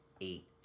eight